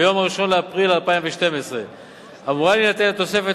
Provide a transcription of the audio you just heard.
ביום 1 באפריל 2012 אמורה להינתן התוספת